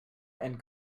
and